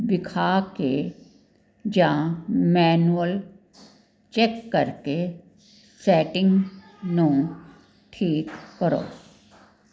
ਵਿਖਾ ਕੇ ਜਾਂ ਮੈਨੁਅਲ ਚੈੱਕ ਕਰਕੇ ਸੈਟਿੰਗ ਨੂੰ ਠੀਕ ਕਰੋ